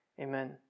amen